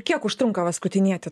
kiek užtrunka vaskutinėti